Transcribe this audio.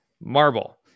marble